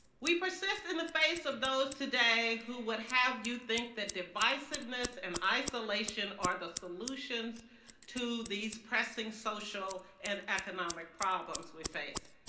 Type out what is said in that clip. we persist in the face of those today who would have you think that divisiveness and isolation are the solutions to these pressing social and economic problems we face.